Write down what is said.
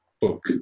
book